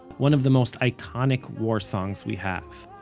one of the most iconic war songs we have.